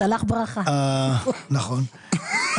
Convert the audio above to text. קודם כול,